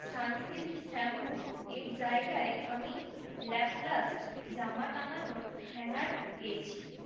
Sunsilk shampoo এর জায়গায় আমি ল্যাপলাস্ট জামা টাঙানোর হ্যাঙ্গার পেয়েছি